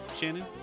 Shannon